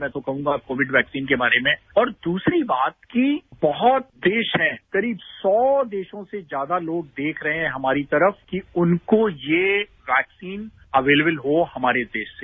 मैं तो कहूंगा कोविड वैक्सीन के बारे में और दूसरी बात कि बहुत देश है करीब सौ देशों से ज्यादा लोग देख रहे हैं हमारी तरफ कि उनको ये वैक्सीन अवेलेबल हो हमारे देश से